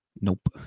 Nope